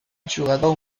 jugador